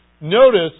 Notice